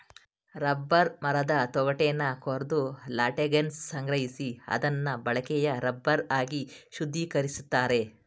rubber ಮರದ ತೊಗಟೆನ ಕೊರ್ದು ಲ್ಯಾಟೆಕ್ಸನ ಸಂಗ್ರಹಿಸಿ ಅದ್ನ ಬಳಕೆಯ ರಬ್ಬರ್ ಆಗಿ ಶುದ್ಧೀಕರಿಸ್ತಾರೆ